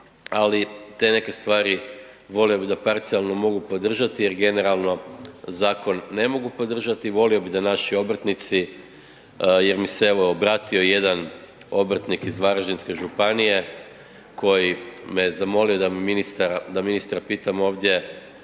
ali te neke stvari volio bi da parcijalno mogu podržati jer generalno zakon ne mogu podržati. Volio bi da naši obrtnici, jer mi se evo obratio jedan obrtnik iz Varaždinske županije koji me zamolio da ministra pitam ovdje